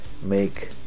make